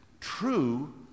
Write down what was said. true